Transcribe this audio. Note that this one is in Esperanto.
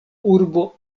urbo